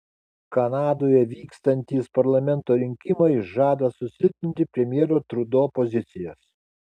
kanadoje vykstantys parlamento rinkimai žada susilpninti premjero trudo pozicijas